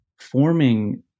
forming